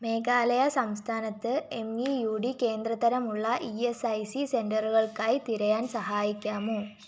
മേഘാലയ സംസ്ഥാനത്ത് M E U D കേന്ദ്രതരമുള്ള E S I C സെന്ററുകൾക്കായി തിരയാൻ സഹായിക്കാമോ